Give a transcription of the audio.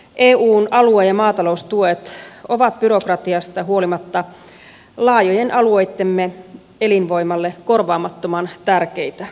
eun alue ja maataloustuet ovat byrokratiasta huolimatta laajojen alueittemme elinvoimalle korvaamattoman tärkeitä